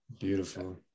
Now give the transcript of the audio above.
beautiful